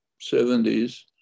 70s